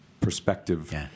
perspective